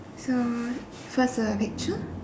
so first the picture